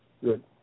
Good